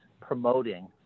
promoting